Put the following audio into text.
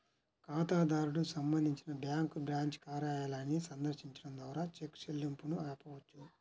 ఖాతాదారుడు సంబంధించి bank branch కార్యాలయాన్ని సందర్శించడం ద్వారా చెక్ చెల్లింపును ఆపవచ్చు